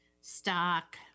stock